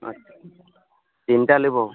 আচ্ছা তিনটা নেবো